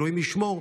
אלוהים ישמור,